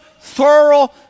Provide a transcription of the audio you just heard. thorough